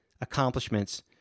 accomplishments